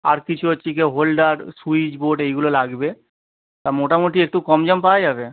আর কিছু হচ্ছে গিয়ে হোল্ডার সুইচ বোর্ড এইগুলো লাগবে তা মোটামোটি একটু কম সম পাওয়া যাবে